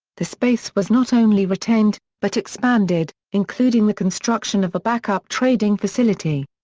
the space was not only retained, but expanded, including the construction of a backup-trading facility.